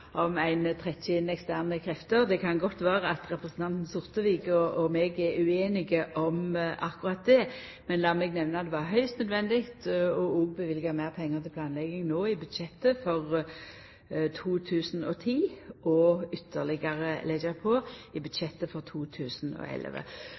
ein trekkjer inn eksterne krefter. Det kan godt vera at representanten Sortevik og eg er ueinige om akkurat det. Men lat meg nemna at det var høgst nødvendig å løyva meir pengar til planlegging i budsjettet for 2010 og ytterlegare leggja på i